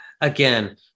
Again